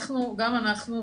נכון.